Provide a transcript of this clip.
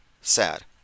sad